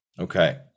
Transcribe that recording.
Okay